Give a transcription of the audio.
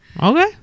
Okay